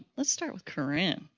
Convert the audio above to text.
let's start with corinne.